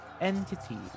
entity